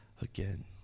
again